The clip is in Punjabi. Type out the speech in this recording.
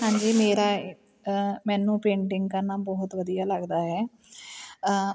ਹਾਂਜੀ ਮੇਰਾ ਮੈਨੂੰ ਪੇਂਟਿੰਗ ਕਰਨਾ ਬਹੁਤ ਵਧੀਆ ਲੱਗਦਾ ਹੈ